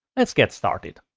let's get started.